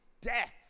death